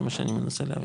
זה מה שאני מנסה להבין.